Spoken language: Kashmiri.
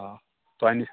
آ تۄہہِ نِش